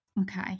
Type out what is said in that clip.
Okay